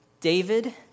David